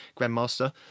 Grandmaster